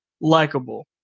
likable